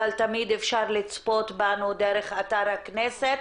אבל תמיד אפשר לצפות בנו דרך אתר הכנסת,